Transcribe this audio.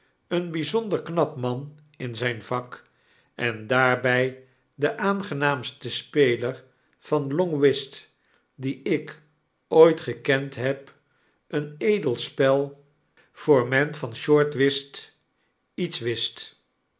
een bijzonder knap man in zfln vak en daarbfl de aangenaamste speler van long whist die ik ooit gekend heb een edel spel voor men van short whist iets wist